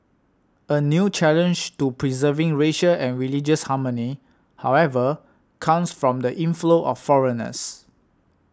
a new challenge to preserving racial and religious harmony however comes from the inflow of foreigners